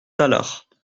tallard